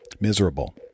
miserable